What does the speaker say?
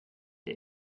der